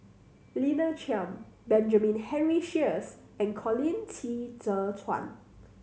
Lina Chiam Benjamin Henry Sheares and Colin Qi Zhe Quan